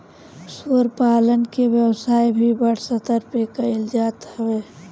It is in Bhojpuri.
सूअर पालन के व्यवसाय भी बड़ स्तर पे कईल जात हवे